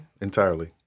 entirely